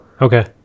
Okay